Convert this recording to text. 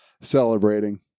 celebrating